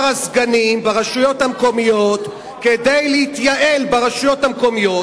הסגנים ברשויות המקומיות כדי להתייעל ברשויות המקומיות,